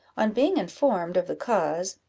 on being informed of the cause,